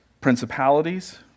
principalities